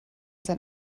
sein